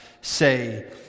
say